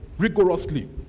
Rigorously